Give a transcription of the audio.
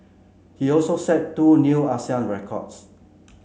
he also set two new Asian records